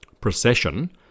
procession